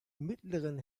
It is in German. mittleren